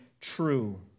true